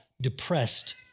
depressed